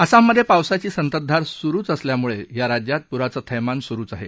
आसाममध्ये पावसाची संततधार सुरूच असल्यानं या राज्यात पुराचं थैमान सुरूच आहे